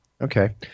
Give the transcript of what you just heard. Okay